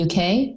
UK